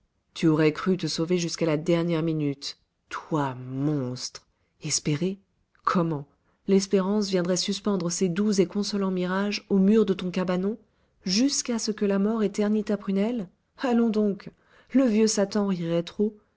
tu aurais cru te sauver jusqu'à la dernière minute toi monstre espérer comment l'espérance viendrait suspendre ses doux et consolants mirages aux murs de ton cabanon jusqu'à ce que la mort ait terni ta prunelle allons donc le vieux satan rirait trop